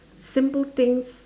simple things